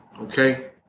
okay